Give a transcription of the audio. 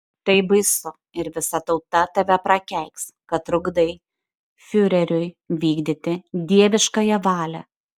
tai baisu ir visa tauta tave prakeiks kad trukdai fiureriui vykdyti dieviškąją valią